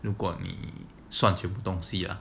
如果你算全部东西 lah